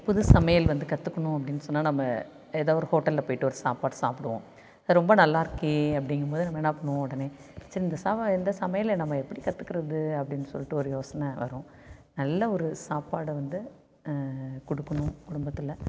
புது சமையல் வந்து கற்றுக்கணும் அப்படினு சொன்னால் நம்ம ஏதோ ஒரு ஹோட்டல்ல போய்ட்டு ஒரு சாப்பாடு சாப்பிடுவோம் ரொம்ப நல்லாயிருக்கே அப்படிங்கும்போது நம்ம என்ன பண்ணுவோம் உடனே சரி இந்த சாப்பா எந்த சமையல் நம்ம எப்படி கற்றுக்கிறது அப்படினு சொல்லிடு ஒரு யோசனை வரும் நல்ல ஒரு சாப்பாடை வந்து கொடுக்கணும் குடும்பத்தில்